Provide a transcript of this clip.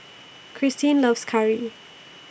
Kristine loves Curry